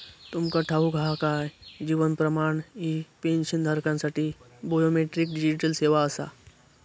तुमका ठाऊक हा काय? जीवन प्रमाण ही पेन्शनधारकांसाठी बायोमेट्रिक डिजिटल सेवा आसा